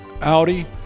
Audi